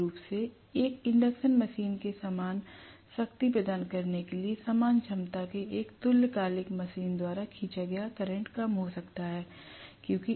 मूल रूप से एक इंडक्शन मशीन के समान शक्ति प्रदान करने के लिए समान क्षमता के एक तुल्यकालिक मशीन द्वारा खींचा करंट कम हो सकता है